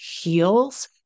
heals